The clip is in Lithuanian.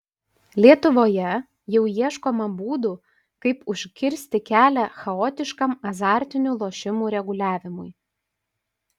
lietuvoje jau ieškoma būdų kaip užkirsti kelią chaotiškam azartinių lošimų reguliavimui